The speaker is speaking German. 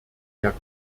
der